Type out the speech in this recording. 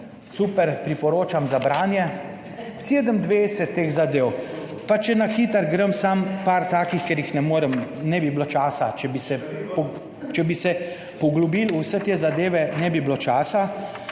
super, priporočam za branje. 27 teh zadev, pa če na hitro grem samo par takih, ker jih ne morem, ne bi bilo časa, če bi se poglobili v vse te zadeve, **59.